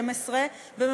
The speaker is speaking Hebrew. אגב,